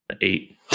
eight